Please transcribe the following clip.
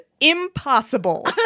impossible